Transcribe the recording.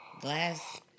Glass